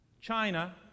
China